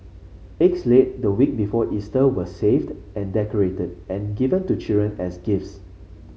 eggs laid the week before Easter were saved and decorated and given to children as gifts